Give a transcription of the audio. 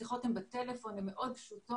השיחות האלה בטלפון, מאוד פשוטות.